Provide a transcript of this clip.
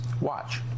Watch